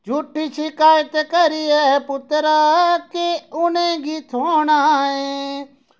झूठी शिकायत करियै पुत्तरा केह् उ'नेगी थ्होना ऐ